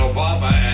Obama